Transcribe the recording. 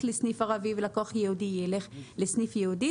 לסניף ערבי ולקוח יהודי ילך לסניף יהודי,